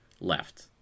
left